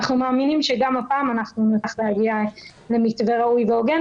אני יכולה להשאיר כמובן במזכירות הוועדה את המייל,